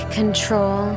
control